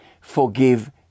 forgive